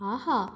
ஆஹா